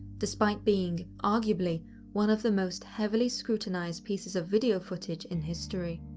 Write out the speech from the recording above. despite being arguably one of the most heavily scrutinised pieces of video footage in history.